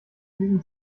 diesen